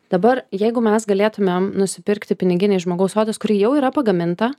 dabar jeigu mes galėtumėm nusipirkti piniginę iš žmogaus odos kuri jau yra pagaminta